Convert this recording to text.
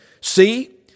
See